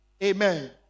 Amen